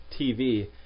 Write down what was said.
TV